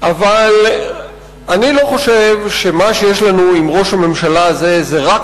אבל הבעיה עם ראש הממשלה הזה איננה